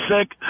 sick